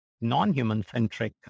non-human-centric